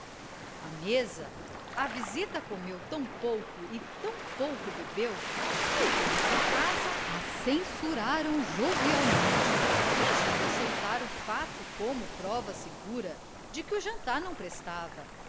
à mesa a visita comeu tão pouco e tão pouco bebeu que os donos da casa a censuraram jovialmente fingindo aceitar o fato como prova segura de que o jantar não prestava